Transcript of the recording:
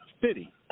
city